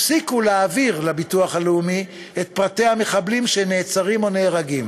הפסיקו להעביר לביטוח הלאומי את פרטי המחבלים שנעצרים או נהרגים.